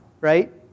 right